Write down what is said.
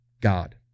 God